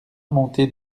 montée